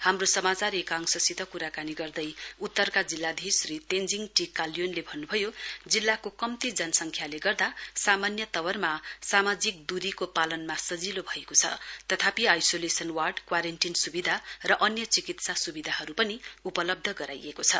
हाम्रो समाचार एकांशसित कुराकानी गर्दै उत्तरका जिल्लाधीश श्री तेञ्जिङ टी काल्योनले भन्नुभयो जिल्लाको कम्ती जनसंख्याले गर्दा सामान्य तवरमा सामाजिक दूरीको पालनमा सजिलो भएको छ तथापि आइसोलेशन वार्ड क्वारेन्टिन सुविधा र अन्य चिकित्सा सुविधाहरू पनि उपलब्ध गराइएको छ